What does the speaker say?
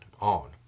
on